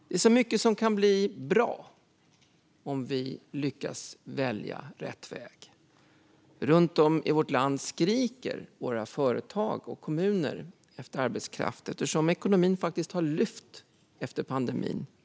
Det är så mycket som kan bli bra om vi lyckas välja rätt väg. Runt om i vårt land skriker våra företag och kommuner efter arbetskraft eftersom ekonomin faktiskt har lyft med kraft efter pandemin.